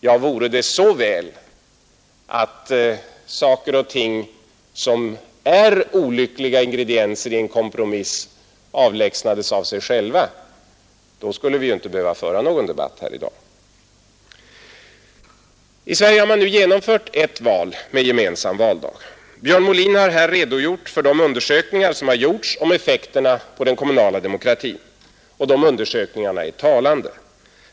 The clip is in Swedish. Ja, vore det så väl att olyckliga ingredienser i en kompromiss avlägsnades av sig själva skulle vi inte behöva någon debatt här i dag. Det har nu genomförts ett val med gemensam valdag. Björn Molin har här redogjort för de undersökningar som utförts om effekterna på den kommunala demokratin. Undersökningarna är talande.